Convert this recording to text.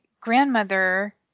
grandmother